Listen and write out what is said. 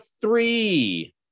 three